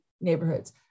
neighborhoods